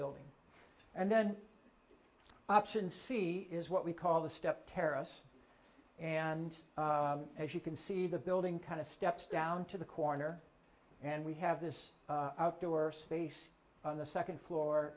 building and then option c is what we call the step terrace and as you can see the building kind of steps down to the corner and we have this outdoor space on the second floor